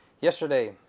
Yesterday